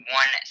one